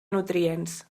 nutrients